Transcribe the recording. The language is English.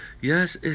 Yes